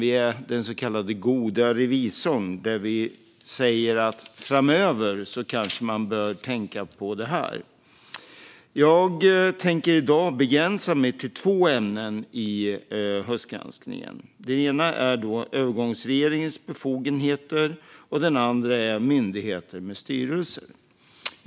Vi är den så kallade goda revisorn, som säger att man framöver kanske bör tänka på det här. Jag tänker i dag begränsa mig till två ämnen i höstgranskningen: övergångsregeringens befogenheter och myndigheter med styrelse.